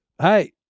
hey